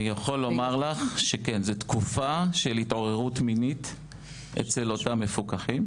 אני יכול לומר שזו תקופה של התעוררות מינית אצל אותם מפוקחים,